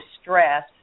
stress